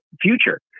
future